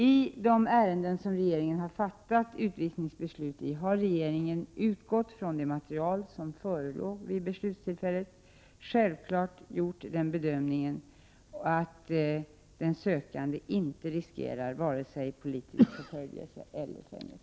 I de ärenden som regeringen har fattat beslut om utvisning har regeringen, utifrån det material som förelåg vid beslutstillfället, självfallet gjort den bedömningen att den sökande inte riskerar vare sig politisk förföljelse eller fängslande.